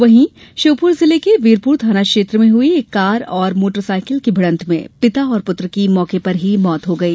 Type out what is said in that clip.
वही श्यौपुर जिले के वीरपुर थाना क्षेत्र में हुई एक कार और मोटर साइकल की भीडंत में पिता और पुत्र की मौके पर ही मौत हो गई